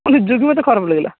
ନିଜକୁ ବି ମୋତେ ଖରାପ ଲାଗିଲା